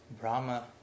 Brahma